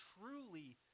truly